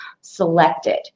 selected